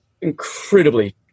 incredibly